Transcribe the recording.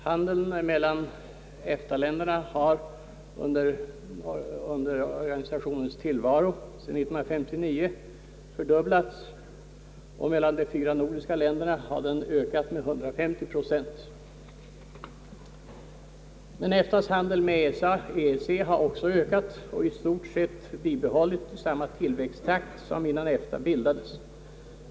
Handeln mellan EFTA-länderna har under organisationens tillvaro, alltså sedan 1959, fördubblats, och mellan de fyra nordiska länderna har den ökat med 150 procent. Men EFTA:s handel med EEC har också ökat och i stort sett bibehållit samma tillväxttakt som innan EFTA bildades.